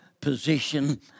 position